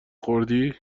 خوردی